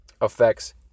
affects